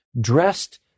dressed